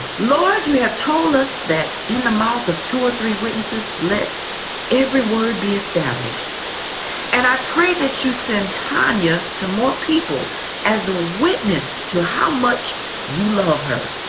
lord, you have told us that in the mouth of two or three witnesses to let every word be established and i pray that you send tonya to more people as a witness to how much you love her.